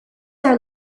are